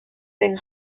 den